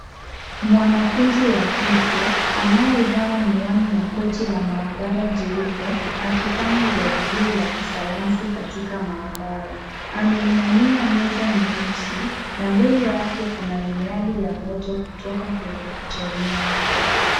Mwanafunzi wa kike anayevaa miwani na koti la maabara jeupe akifanya jaribio la kisayansi katika maabara. Ameinamia meza nyeusi na mbele yake kuna miali ya moto kutoka kwenye kichomea.